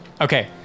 Okay